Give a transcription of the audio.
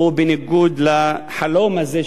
הוא בניגוד לחלום הזה,